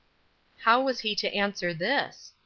how was he to answer this?